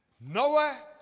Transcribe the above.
Noah